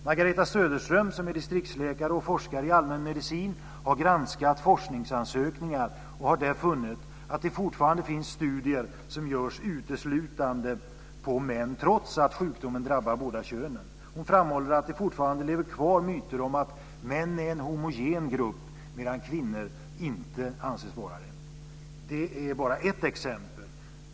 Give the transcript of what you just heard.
Margareta Söderström, distriktsläkare och forskare i allmänmedicin, har granskat forskningsansökningar och funnit att det fortfarande finns studier som görs uteslutande på män trots att sjukdomen drabbar båda könen. Hon framhåller att det fortfarande lever kvar myter om att män är en homogen grupp medan kvinnor inte anses vara det. Det är bara ett exempel.